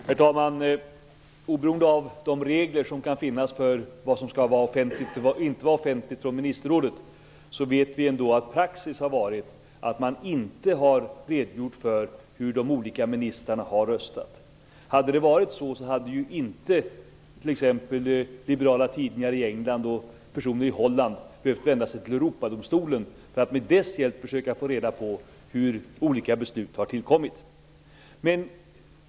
Herr talman! Oberoende av de regler som kan finnas om vad som skall vara offentligt respektive inte offentligt från Ministerrådet, vet vi att praxis har varit att man inte har redogjort för hur de olika ministrarna har röstat. Hade det varit så hade t.ex. inte liberala tidningar i England och personer i Holland behövt vända sig till Europadomstolen för att med dess hjälp försöka få reda på hur olika beslut har tillkommit.